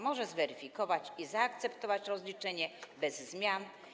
Może zweryfikować i zaakceptować rozliczenie bez zmian.